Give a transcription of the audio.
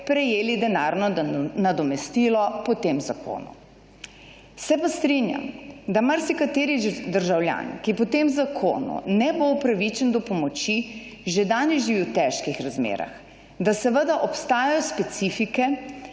prejeli denarno nadomestilo po tem zakonu. Se pa strinjam, da marsikateri državljan, ki po tem zakonu ne bo upravičen do pomoči, že danes živi v težkih razmerah, da seveda obstajajo specifike,